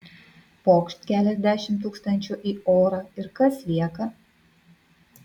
pokšt keliasdešimt tūkstančių į orą ir kas lieka